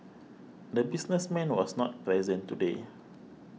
the businessman was not present today